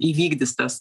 įvykdys tas